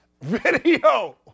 video